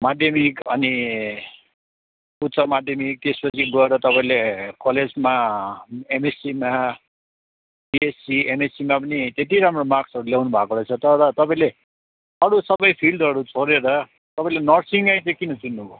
माध्यमिक अनि उच्च माध्यमिक त्यसपछि गएर तपाईँले कलेजमा एमएससीमा बिएससी एमएससीमा पनि त्यति राम्रो मार्क्सहरू ल्याउनुभएको रहेछ तर तपाईँले अरू सबै फिल्डहरू छोडेर तपाईँले नर्सिङै चाहिँ किन चुन्नुभयो